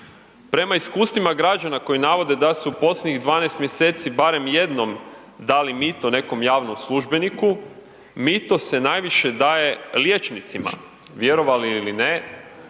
Prema iskustvima građana koji navode da su posljednjih 12 mjeseci barem jednom dali mito nekom javnom službeniku, mito se najviše daje liječnicima, vjerovali ili ne,